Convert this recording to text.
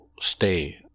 stay